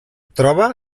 troba